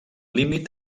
límit